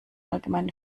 allgemeinen